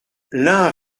l’un